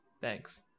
Thanks